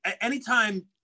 anytime